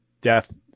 death